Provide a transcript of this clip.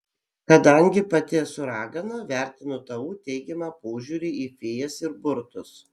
kadangi pati esu ragana vertinu tavo teigiamą požiūrį į fėjas ir burtus